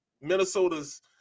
Minnesota's